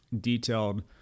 detailed